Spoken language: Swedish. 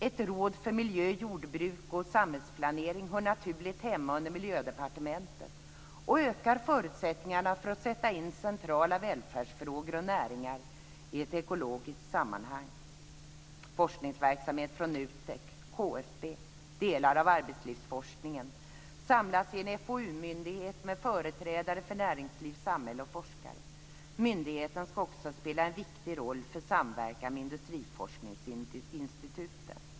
Ett råd för miljö, jordbruk och samhällsplanering hör naturligt hemma under Miljödepartementet och ökar förutsättningarna för att sätta in centrala välfärdsfrågor och näringar i ett ekologiskt sammanhang. Forskningsverksamhet från NUTEK, KFB och delar av arbetslivsforskningen samlas i en FoU myndighet med företrädare för näringsliv, samhälle och forskare. Myndigheten ska också spela en viktig roll för samverkan med industriforskningsinstituten.